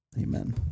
Amen